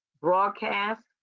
broadcast